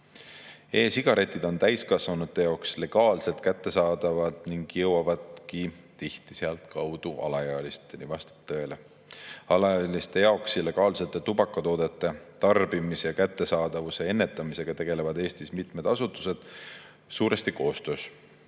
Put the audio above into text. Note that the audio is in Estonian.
E‑sigaretid on täiskasvanutele legaalselt kättesaadavad ning jõuavadki tihti sealtkaudu alaealisteni. Vastab tõele. Alaealiste jaoks illegaalsete tubakatoodete tarbimise ja kättesaadavuse ennetamisega tegelevad Eestis mitmed asutused suuresti koostöös.